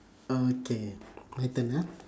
okay my turn ah